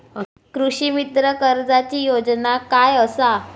कृषीमित्र कर्जाची योजना काय असा?